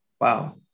Wow